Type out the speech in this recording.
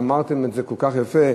ואמרתם את זה כל כך יפה,